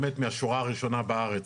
באמת מהשורה הראשונה בארץ,